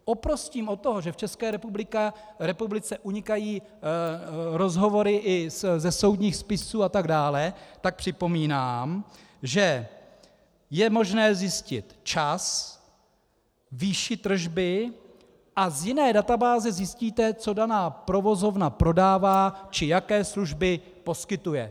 Oprostímli se od toho, že v České republice unikají rozhovory i ze soudních spisů atd., tak připomínám, že je možné zjistit čas, výši tržby a z jiné databáze zjistíte, co daná provozovna prodává či jaké služby poskytuje.